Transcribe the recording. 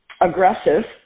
aggressive